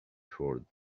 toward